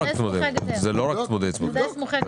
צמודי / סמוכי גדר.